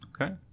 Okay